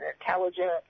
intelligent